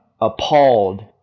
appalled